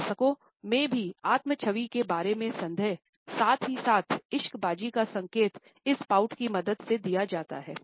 वयस्कों में भी आत्म छवि के बारे में संदेह साथ ही साथ इश्क बाज़ी का संकेत इस पाउट की मदद से दिया जाता है